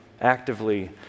actively